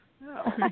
no